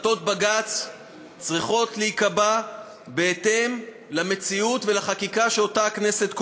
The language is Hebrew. החלטות בג"ץ צריכות להיקבע בהתאם למציאות ולחקיקה שהכנסת קובעת,